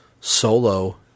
solo